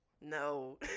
No